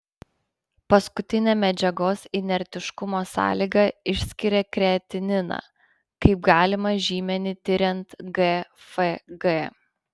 paskutinė medžiagos inertiškumo sąlyga išskiria kreatininą kaip galimą žymenį tiriant gfg